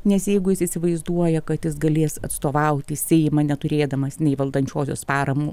nes jeigu jis įsivaizduoja kad jis galės atstovauti seimą neturėdamas nei valdančiosios paramų